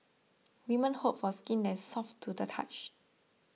women hope for skin that is soft to the touch